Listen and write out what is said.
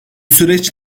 süreç